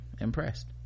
impressed